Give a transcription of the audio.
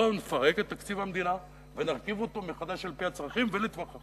בואו נפרק את תקציב המדינה ונרכיב אותו מחדש על-פי הצרכים ולטווח ארוך,